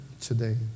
today